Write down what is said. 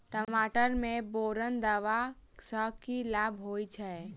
टमाटर मे बोरन देबा सँ की लाभ होइ छैय?